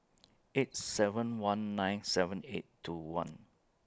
eight seven one nine seven eight two nine